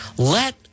Let